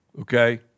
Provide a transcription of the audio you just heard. okay